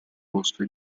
posto